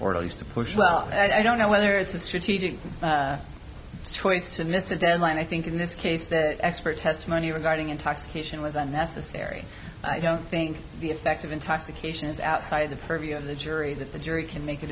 or at least a push well i don't know whether it's a strategic choice to miss a deadline i think in this case that expert testimony regarding intoxication was unnecessary i don't think the effect of intoxication is outside the purview of the jury that the jury can make a